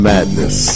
Madness